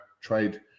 trade